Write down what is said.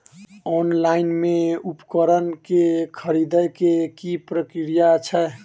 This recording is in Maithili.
ऑनलाइन मे उपकरण केँ खरीदय केँ की प्रक्रिया छै?